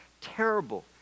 terrible